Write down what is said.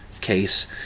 case